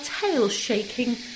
tail-shaking